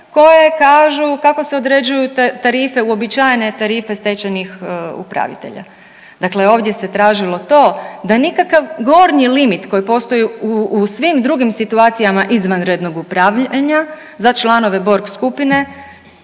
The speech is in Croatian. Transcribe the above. koje kažu kako se određuje tarife uobičajene tarife stečajnih upravitelja. Dakle, ovdje se tražilo to da nikakav gornji limit koji postoji u svim drugim situacijama izvanrednog upravljanja za članove Borg skupine,